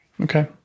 Okay